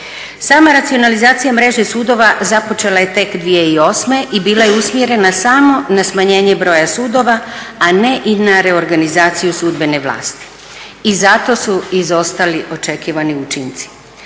Sama racionalizacija mreže sudova započela je tek 2008.i bila je usmjerena samo na smanjenje broja sudova, a ne i na reorganizaciju sudbene vlasti i zato su izostali očekivani učinci.